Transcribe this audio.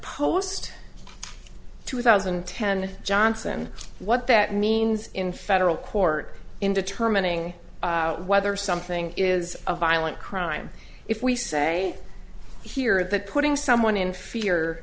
post two thousand and ten johnson what that means in federal court in determining whether something is a violent crime if we say here that putting someone in fear